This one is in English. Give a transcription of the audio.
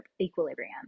equilibrium